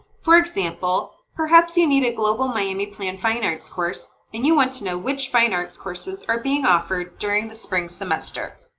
for example, perhaps you need a global miami plan fine arts course, and you want to know which fine arts courses are being offered during the spring semester.